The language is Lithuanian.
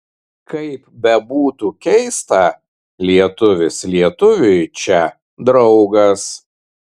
kaip bebūtų keista lietuvis lietuviui čia draugas